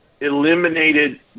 eliminated